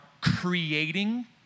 creating